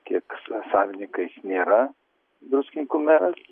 kiek savininkais nėra druskininkų meras